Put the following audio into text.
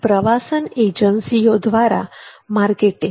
પ્રવાસન એજન્સીઓ દ્વારા માર્કેટિંગ